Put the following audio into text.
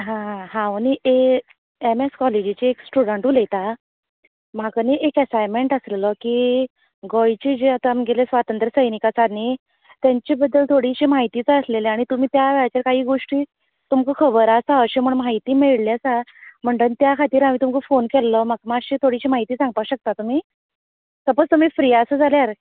हांव न्ही A M S कॉलिजीचे स्टूडंट उलयता म्हाका न्ही एक एसायरमेंट आसलोलो की गोंयचे आतां आमगेले स्वातंत्र सैनीक तेंचे बद्दल थोडीशी म्हायती जाय आसलेली आनी तुमी काय हेच्या काही गोश्टी तुमकांशी म्हायती सांगपाक शकता तुमी सपोज तुमी फ्रि आसा जाल्यार